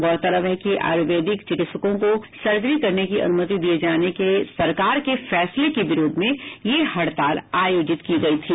गौरतलब है कि आयुर्वेदिक चिकित्सकों को सर्जरी करने की अनुमति दिये जाने के सरकार के फैसले के विरोध में ये हड़ताल आयोजित की गयी थी